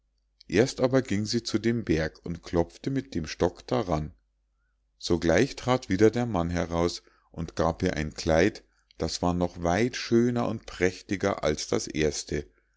erst aber ging sie zu dem berg und klopfte mit dem stock daran sogleich trat wieder der mann heraus und gab ihr ein kleid das war noch weit schöner und prächtiger als das erste